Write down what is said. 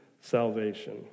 salvation